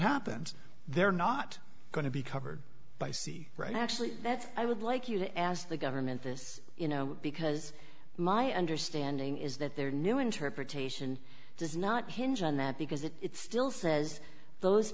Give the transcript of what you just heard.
happens they're not going to be covered by c right actually that i would like you to ask the government this you know because my understanding is that their new interpretation does not hinge on that because it it still says those